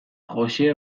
joxe